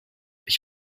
ich